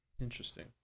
Interesting